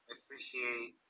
appreciate